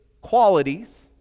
qualities